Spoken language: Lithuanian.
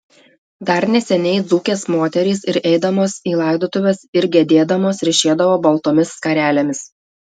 dar neseniai dzūkės moterys ir eidamos į laidotuves ir gedėdamos ryšėdavo baltomis skarelėmis